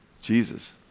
Jesus